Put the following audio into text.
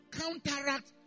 counteract